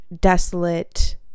desolate